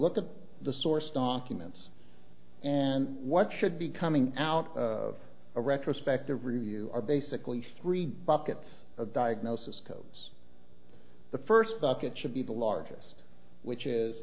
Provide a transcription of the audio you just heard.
look at the source documents and what should be coming out of a retrospective review are basically three buckets of diagnosis codes the first bucket should be the largest which is